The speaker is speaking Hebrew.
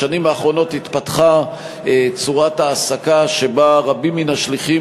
בשנים האחרונות התפתחה צורת העסקה שבה רבים מן השליחים